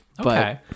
Okay